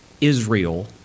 Israel